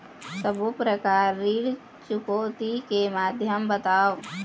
सब्बो प्रकार ऋण चुकौती के माध्यम बताव?